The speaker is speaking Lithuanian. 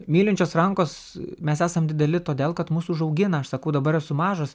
mylinčios rankos mes esam dideli todėl kad mus užaugina aš sakau dabar esu mažas